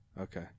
okay